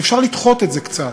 שאפשר לדחות את זה קצת,